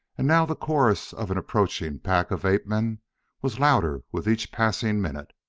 and now the chorus of an approaching pack of ape-men was louder with each passing minute.